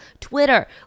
Twitter